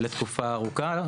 לתקופה ארוכה,